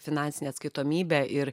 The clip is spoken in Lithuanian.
finansinė atskaitomybė ir